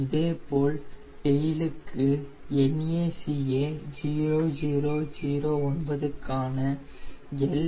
இதே போல் டெயிலுக்கு NACA 0009 க்கான Clα